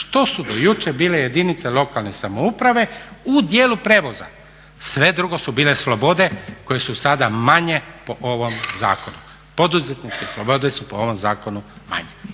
što su do jučer bile jedinice lokalne samouprave u dijelu prijevoza. Sve drugo su bile slobode koje su sada manje po ovom zakonu. Poduzetničke slobode su po ovom zakonu manje,